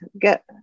get